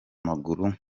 maguru